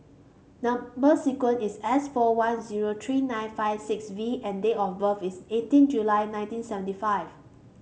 number sequence is S four one zero three nine five six V and date of birth is eighteen July nineteen seventy five